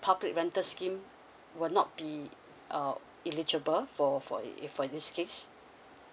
public rental scheme will not be uh eligible for for you for this case